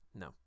no